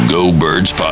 Go-Birds